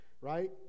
right